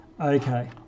Okay